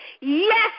Yes